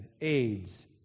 AIDS